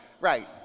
right